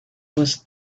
was